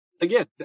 Again